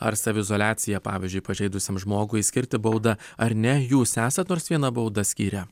ar saviizoliaciją pavyzdžiui pažeidusiam žmogui skirti baudą ar ne jūs esat nors vieną baudą skyrę